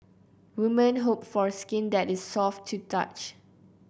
women hope for skin that is soft to touch